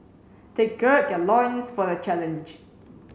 they gird their loins for the challenge